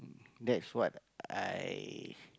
that's what I